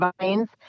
vines